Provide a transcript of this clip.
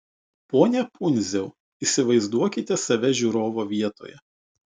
pone pundziau įsivaizduokite save žiūrovo vietoje